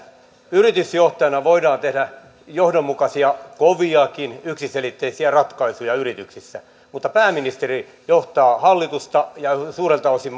yritysjohtajana voidaan tehdä johdonmukaisia koviakin yksiselitteisiä ratkaisuja yrityksissä mutta pääministeri johtaa hallitusta ja suurelta osin